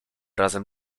razem